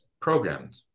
programmed